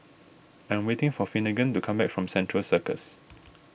I am waiting for Finnegan to come back from Central Circus